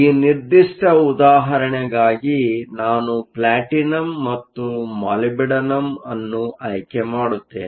ಈ ನಿರ್ದಿಷ್ಟ ಉದಾಹರಣೆಗಾಗಿ ನಾನು ಪ್ಲಾಟಿನಂ ಮತ್ತು ಮಾಲಿಬ್ಡಿನಮ್ ಅನ್ನು ಆಯ್ಕೆ ಮಾಡುತ್ತೇನೆ